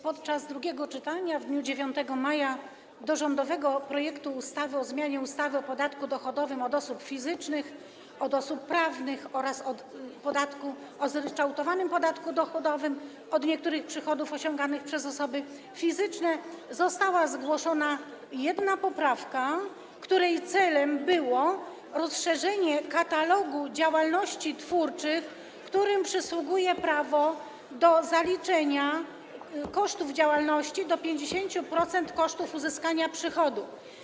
Podczas drugiego czytania w dniu 9 maja do rządowego projektu ustawy o zmianie ustawy o podatku dochodowym od osób fizycznych, ustawy o podatku dochodowym od osób prawnych oraz ustawy o zryczałtowanym podatku dochodowym od niektórych przychodów osiąganych przez osoby fizyczne została zgłoszona jedna poprawka, której celem było rozszerzenie katalogu działalności twórczych, którym przysługuje prawo do zaliczenia do kosztów działalności 50% kosztów uzyskania przychodu.